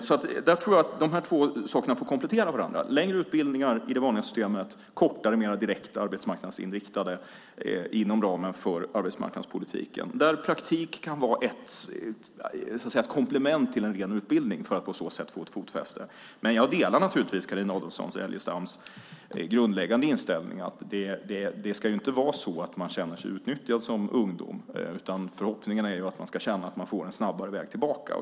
Dessa två saker tror jag får komplettera varandra - längre utbildningar i det vanliga systemet, kortare mer direkt arbetsmarknadsinriktade utbildningar inom ramen för arbetsmarknadspolitiken. Där kan praktik vara ett komplement till en ren utbildning för att på så sätt få fotfäste på arbetsmarknaden. Jag delar Carina Adolfsson Elgestams grundläggande inställning att man som ungdom inte ska behöva känna sig utnyttjad. Förhoppningen är att man ska känna att man får en snabbare väg tillbaka.